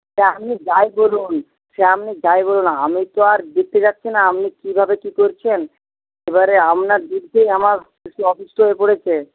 তা আপনি যাই বলুন সে আপনি যাই বলুন আমি তো আর দেখতে যাচ্ছি না আপনি কীভাবে কী করছেন এবারে আপনার দুধ খেয়ে আমার শিশু অসুস্থ হয়ে পড়েছে